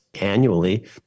annually